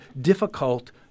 difficult